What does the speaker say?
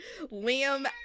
Liam